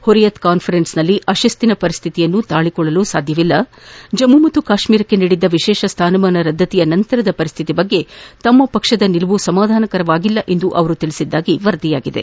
ಹುರಿಯತ್ ಕಾನ್ವರೆನ್ಸ್ನಲ್ಲಿ ಅಶಿಸ್ತಿನ ಪರಿಸ್ತಿತಿಯನ್ನು ಸಹಿಸಿಕೊಳ್ಳಲು ಸಾಧ್ಯವಿಲ್ಲ ಜಮ್ಮು ಮತ್ತು ಕಾಶ್ಮೀರಕ್ಕೆ ನೀಡಿದ್ದ ವಿಶೇಷ ಸ್ಥಾನಮಾನ ರದ್ದತಿಯ ನಂತರದ ಪರಿಸ್ಥಿತಿಯ ಬಗ್ಗೆ ತಮ್ಮ ಪಕ್ಷದ ನಿಲುವು ಸಮಾಧಾನಕರವಾಗಿಲ್ಲ ಎಂದು ಅವರು ತಿಳಿಸಿರುವುದಾಗಿ ವರದಿಯಾಗಿದೆ